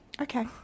Okay